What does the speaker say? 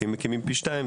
כי הם מקימים פי שתיים.